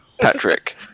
Patrick